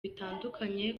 bitandukanye